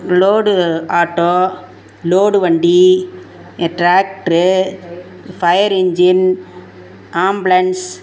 load auto load வண்டி tractor fire engine ambulance